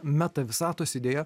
meta visatos idėja